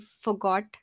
forgot